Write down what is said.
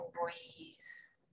breeze